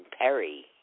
Perry